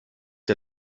der